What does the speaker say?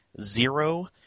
zero